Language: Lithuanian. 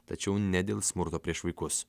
tačiau ne dėl smurto prieš vaikus